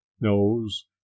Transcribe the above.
knows